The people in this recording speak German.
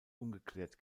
ungeklärt